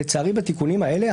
לצערי בתיקונים האלה,